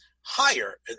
higher